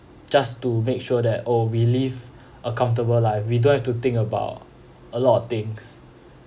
just to make sure that oh we live a comfortable life we don't have to think about a lot of things